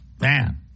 Man